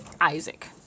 Isaac